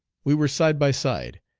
we were side by side,